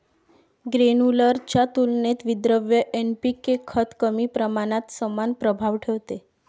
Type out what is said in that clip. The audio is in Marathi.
ग्रेन्युलर च्या तुलनेत विद्रव्य एन.पी.के खत कमी प्रमाणात समान प्रभाव ठेवते